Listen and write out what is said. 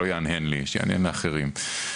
שיהנהן לאחרים.